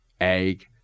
egg